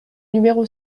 numéro